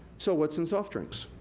so, what's in soft drinks?